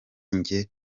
njye